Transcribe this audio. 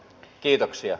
kiitoksia